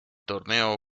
torneo